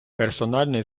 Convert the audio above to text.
персональний